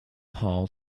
hall